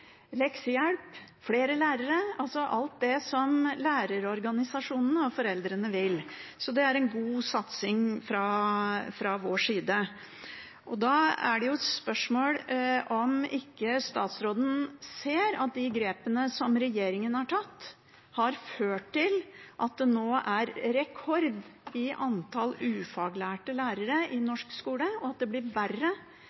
leksehjelp, flere lærere – altså alt det som lærerorganisasjonene og foreldrene vil. Det er en god satsing fra vår side. Da er det et spørsmål om ikke statsråden ser at de grepene som regjeringen har tatt, har ført til at det nå er rekord i antallet ufaglærte lærere i